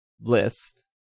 list